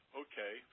okay